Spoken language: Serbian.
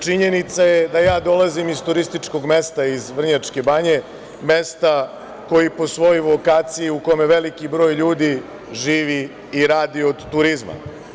Činjenica je da ja dolazim iz turističkog mesta, iz Vrnjačke Banje, mesta u kome veliki broj ljudi živi i radi od turizma.